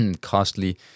costly